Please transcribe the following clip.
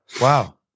wow